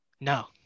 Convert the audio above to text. No